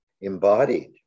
embodied